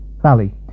valley